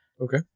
Okay